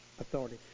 authority